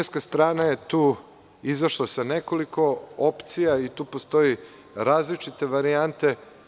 Kineska strana je tu izašla sa nekoliko opcija i tu postoje različite varijante.